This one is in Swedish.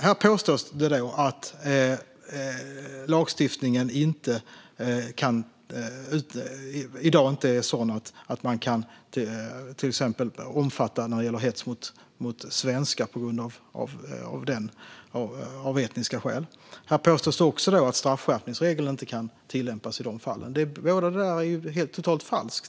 Här påstås att lagstiftningen inte omfattar hets mot svenskar på grund av etniska skäl. Här påstås också att straffskärpningsregeln inte kan tillämpas i dessa fall. Båda dessa påståenden är falska.